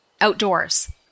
outdoors